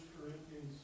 Corinthians